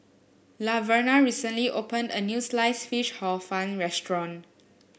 Laverna recently opened a new Sliced Fish Hor Fun restaurant